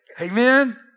Amen